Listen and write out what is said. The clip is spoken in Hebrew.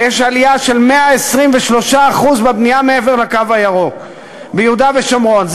כשיש עלייה של 123% בבנייה מעבר לקו הירוק ביהודה ושומרון,